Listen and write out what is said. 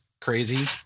crazy